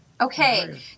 Okay